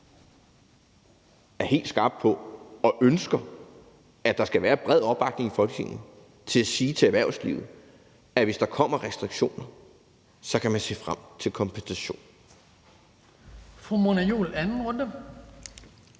er helt skarp på og ønsker, at der skal være bred opbakning i Folketinget til at sige til erhvervslivet, at hvis der kommer restriktioner, kan man se frem til kompensation.